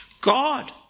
God